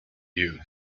you